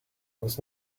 was